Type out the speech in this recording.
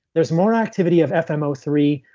there's more activity of f m o three.